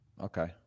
okay